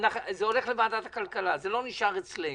הנושא יידון בוועדת הכלכלה, הוא לא יישאר אצלנו.